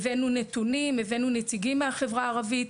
הבאנו נתונים, הבאנו נציגים מהחברה הערבית.